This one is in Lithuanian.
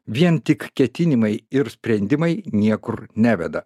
vien tik ketinimai ir sprendimai niekur neveda